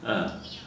!huh!